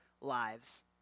lives